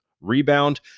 rebound